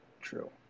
true